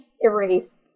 erased